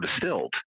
distilled